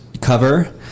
cover